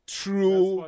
true